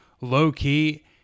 low-key